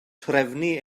trefnu